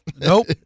Nope